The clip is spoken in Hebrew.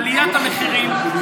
עליית המחירים,